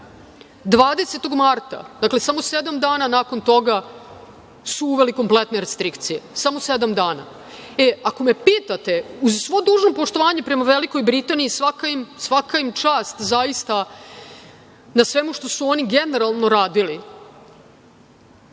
20, dakle samo sedam dana nakon toga su uveli kompletne restrikcije, samo sedam dana. Ako me pitate, uz svo dužno poštovanje prema Velikoj Britaniji, svaka i čast zaista na svemu što su oni generalno radili. Mi